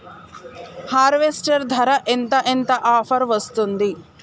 Harvester ధర ఎంత ఎంత ఆఫర్ వస్తుంది?